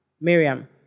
Miriam